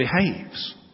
behaves